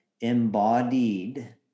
embodied